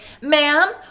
ma'am